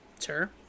sure